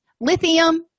Lithium